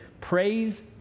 praise